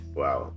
wow